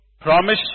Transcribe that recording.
promise